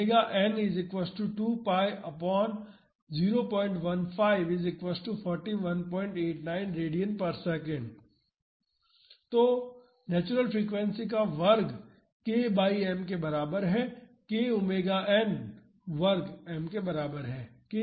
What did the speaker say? तो natural frequency का वर्ग k बाई m के बराबर है k ⍵n वर्ग m के बराबर है